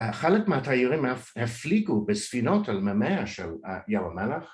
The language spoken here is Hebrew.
‫חלק מהתיירים הפליגו בספינות ‫על מימיה של ים המלח.